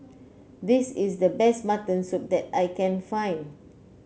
this is the best Mutton Soup that I can find